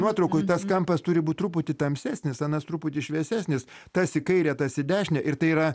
nuotraukoj tas kampas turi būt truputį tamsesnis anas truputį šviesesnis tas į kairę tas į dešinę ir tai yra